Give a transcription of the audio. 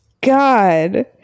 God